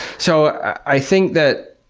so i think that,